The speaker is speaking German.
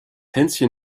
hänschen